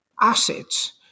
assets